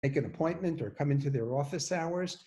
לקבוע פגישה, או להיכנס בשעות הפעילות של המשרד